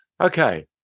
Okay